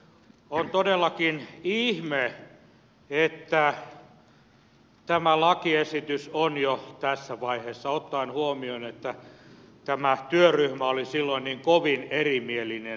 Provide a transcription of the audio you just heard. on todellakin ihme että tämä lakiesitys on jo tässä vaiheessa ottaen huomioon että tämä työryhmä oli silloin niin kovin erimielinen